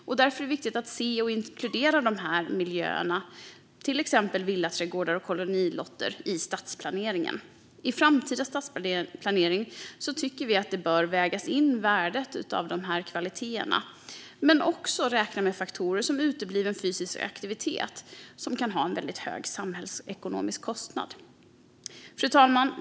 Det är därför viktigt att se och inkludera de miljöerna, till exempel villaträdgårdar och kolonilotter, i stadsplaneringen. I framtida stadsplanering tycker vi att man bör väga in värdet av de kvaliteterna. Man ska också räkna med att faktorer som utebliven fysisk aktivitet kan ha en hög samhällsekonomisk kostnad. Fru talman!